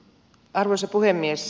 arvoisa puhemies